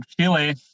Chile